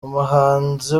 umuhanzi